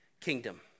kingdom